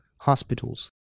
hospitals